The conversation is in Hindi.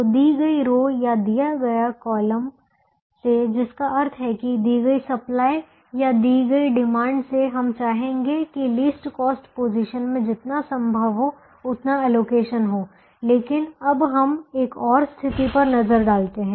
तो दी गई रो या दिया दिए गए कॉलम से जिसका अर्थ है कि दी गई सप्लाई या दी गई डिमांड से हम चाहेंगे कि लीस्ट कॉस्ट पोजीशन में जितना संभव हो उतना अलोकेशन हो लेकिन अब हम एक और स्थिति पर नजर डालते हैं